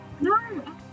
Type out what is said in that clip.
No